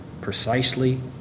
precisely